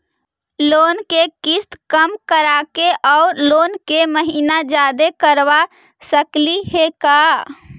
Loan के किस्त कम कराके औ लोन के महिना जादे करबा सकली हे का?